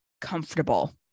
comfortable